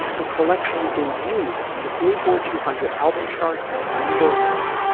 the collection debuted on the billboard two hundred album chart at number one.